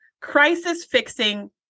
crisis-fixing